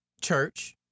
Church